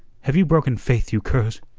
have you broken faith, you curs?